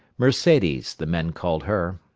mercedes the men called her.